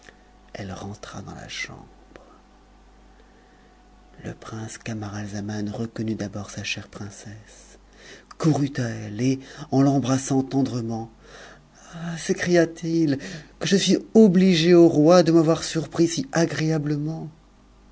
elle rentra dans la chambre le prince camaralzaman reconnut d'abord sa chère princesse r bne pm brna h jrdm et jj tp c et en l'embrassant tendrement ah sécria t it que je suis h i e au roi de m'avoir surpris si agréabtement